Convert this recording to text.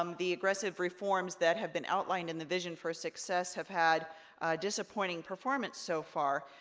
um the aggressive reforms that have been outlined in the vision for success have had disappointing performance so far,